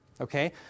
Okay